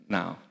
now